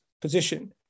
position